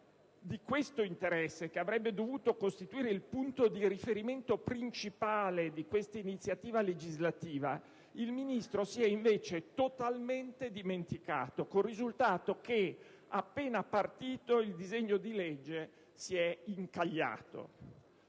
Di tale interesse, che avrebbe dovuto costituire il punto di riferimento principale per questa iniziativa legislativa, il ministro Alfano si è invece totalmente dimenticato, con il risultato che, appena partito, il disegno di legge si è incagliato.